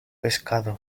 pescado